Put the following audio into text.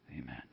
Amen